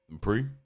Pre